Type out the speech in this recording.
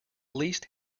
least